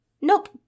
Nope